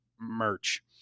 merch